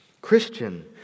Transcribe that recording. Christian